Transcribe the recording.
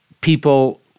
people